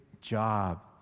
job